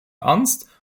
ernst